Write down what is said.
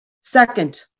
Second